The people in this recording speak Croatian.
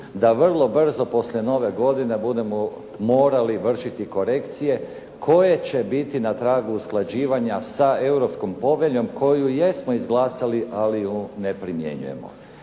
da vrlo brzo poslije Nove godine budemo morali vršiti korekcije koje će biti na tragu usklađivanja sa Europskom poveljom koju jesmo izglasali ali ju ne primjenjujemo.